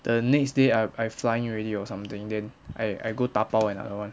the next day I I flying already or something then I I go dabao another one